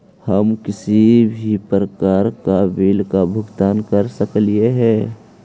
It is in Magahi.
हम किसी भी प्रकार का बिल का भुगतान कर सकली हे?